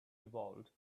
evolved